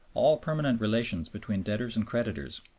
all permanent relations between debtors and creditors,